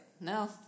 no